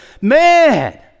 man